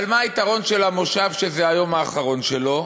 אבל מה היתרון של המושב, שזה היום האחרון שלו?